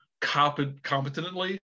competently